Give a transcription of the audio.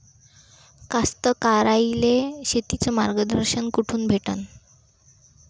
कास्तकाराइले शेतीचं मार्गदर्शन कुठून भेटन?